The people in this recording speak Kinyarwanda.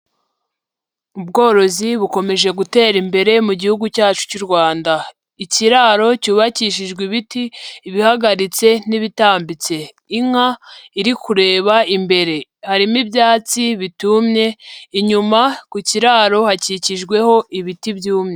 Ubworozi bukomeje gutera imbere mu gihugu cyacu cy'u Rwanda, ikiraro cyubakishijwe ibiti ibihagaritse n'ibitambitse, inka iri kureba imbere harimo ibyatsi bitumye, inyuma ku kiraro hakikijweho ibiti byumye.